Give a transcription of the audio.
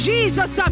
Jesus